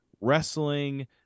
wrestling